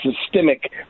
systemic